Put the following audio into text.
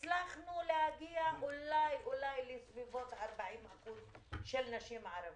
בקושי הצלחנו להגיע ל-40% תעסוקה של נשים ערביות.